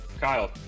Kyle